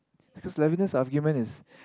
because Levinas argument is